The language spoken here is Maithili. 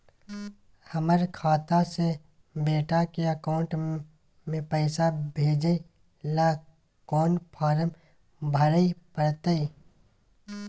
हमर खाता से बेटा के अकाउंट में पैसा भेजै ल कोन फारम भरै परतै?